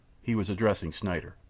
he was addressing schneider.